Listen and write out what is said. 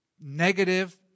negative